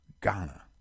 Ghana